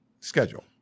schedule